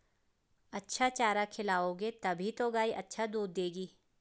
अच्छा चारा खिलाओगे तभी तो गाय अच्छा दूध देगी